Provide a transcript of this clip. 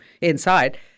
inside